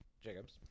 Jacobs